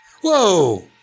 Whoa